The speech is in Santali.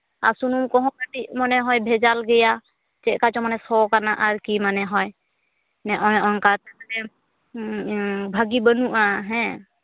ᱟᱨ ᱥᱩᱱᱩᱢ ᱠᱚᱦᱚᱸ ᱠᱟᱹᱴᱤᱡ ᱢᱚᱱᱮᱦᱚᱭ ᱵᱷᱮᱡᱟᱞ ᱜᱮᱭᱟ ᱪᱮᱫᱞᱮᱠᱟ ᱪᱚᱝ ᱥᱚ ᱠᱟᱱᱟ ᱟᱨᱠᱤ ᱢᱟᱱᱮ ᱦᱚᱭ ᱱᱚᱜᱼᱚᱭ ᱱᱚᱜᱼᱚ ᱱᱚᱝᱠᱟ ᱵᱷᱟᱹᱜᱮ ᱵᱟᱹᱱᱩᱜᱼᱟ ᱦᱮᱸ